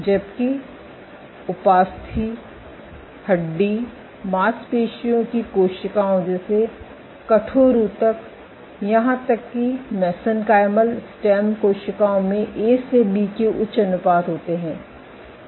जबकि उपास्थि हड्डी मांसपेशियों की कोशिकाओं जैसे कठोर ऊतक यहां तक कि मेसेनकाइमल स्टेम कोशिकाओं में ए से बी के उच्च अनुपात होते हैं